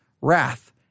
wrath